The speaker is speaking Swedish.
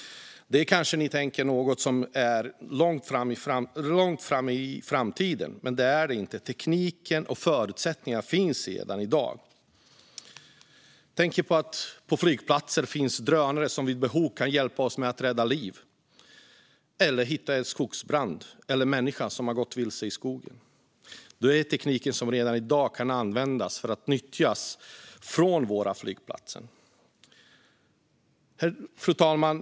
Ni kanske tänker att detta ligger långt in i framtiden, men det gör det inte - tekniken och förutsättningarna finns redan i dag. På flygplatser finns drönare som vid behov kan hjälpa oss att rädda liv, att hitta en skogsbrand eller att hitta en människa som har gått vilse i skogen. Denna teknik kan redan i dag användas från våra flygplatser. Fru talman!